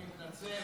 אני מתנצל.